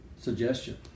suggestion